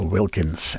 Wilkins